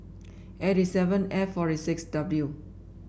eighty seven F forty six W